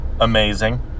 amazing